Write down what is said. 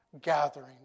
gathering